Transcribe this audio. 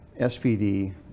SPD